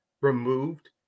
removed